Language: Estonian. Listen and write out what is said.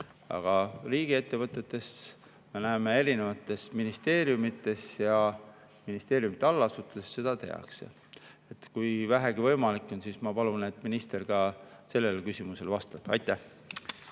Aga riigiettevõtetes, me näeme, erinevates ministeeriumides ja ministeeriumide allasutustes seda tehakse. Kui vähegi võimalik on, siis ma palun, et minister ka sellele küsimusele vastaks. Aitäh!